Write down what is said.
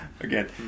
Again